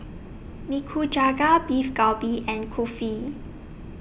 Nikujaga Beef Galbi and Kulfi